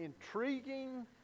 intriguing